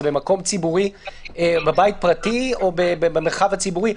זה במקום ציבורי בבית פרטי או במרחב הציבורי.